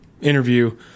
interview